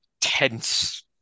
tense